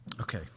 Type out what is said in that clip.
Okay